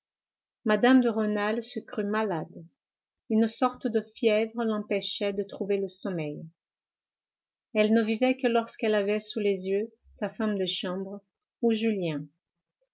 mme de rênal se crut malade une sorte de fièvre l'empêchait de trouver le sommeil elle ne vivait que lorsqu'elle avait sous les yeux sa femme de chambre ou julien